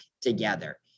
together